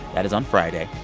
that is on friday.